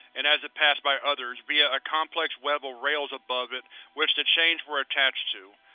and as it passed by others, via a complex web of rails above it which the chains were attached to.